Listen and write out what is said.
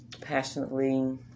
passionately